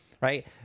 right